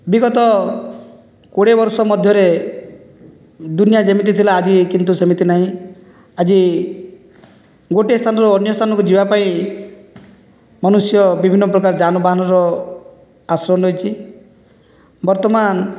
ବିଗତ କୋଡ଼ିଏ ବର୍ଷ ମଧ୍ୟରେ ଦୁନିଆ ଯେମିତି ଥିଲା ଆଜି କିନ୍ତୁ ସେମିତି ନାହିଁ ଆଜି ଗୋଟିଏ ସ୍ଥାନରୁ ଅନ୍ୟ ସ୍ଥାନକୁ ଯିବା ପାଇଁ ମନୁଷ୍ୟ ବିଭିନ୍ନ ପ୍ରକାର ଯାନବାହନର ଆଶ୍ରୟ ନେଇଛି ବର୍ତ୍ତମାନ